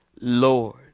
Lord